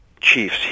chiefs